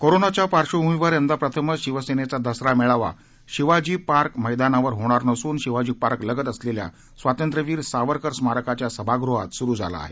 कोरोनाच्या पार्श्वभूमीवर यंदा प्रथमच शिवसेनेचा दसरा मेळावा शिवाजी पार्क मैदानावर होणार नसून शिवाजी पार्कलगत असलेल्या स्वातंत्र्यवीर सावरकर स्मारकाच्या सभागृहात सुरु झाला आहे